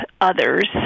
others